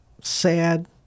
sad